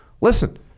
listen